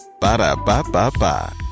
Ba-da-ba-ba-ba